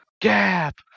Gap